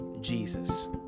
Jesus